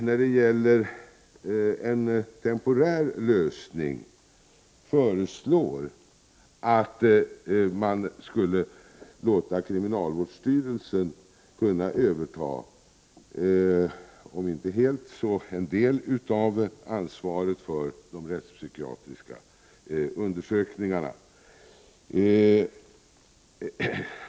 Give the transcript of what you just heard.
När det gäller en temporär lösning föreslår de att man skulle kunna låta kriminalvårdsstyrelsen överta i varje fall en del av ansvaret för de rättspsykiatriska undersökningarna.